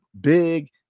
big